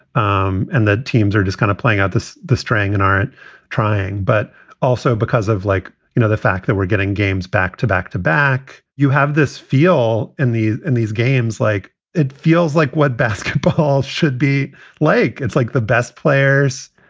um and the teams are just kind of playing out the string and aren't trying, but also because of like you know the fact that we're getting games back to back to back. you have this feel in the in these games, like it feels like what basketball should be like. it's like the best players,